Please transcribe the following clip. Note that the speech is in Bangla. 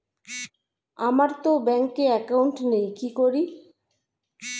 আমারতো ব্যাংকে একাউন্ট নেই কি করি?